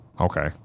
Okay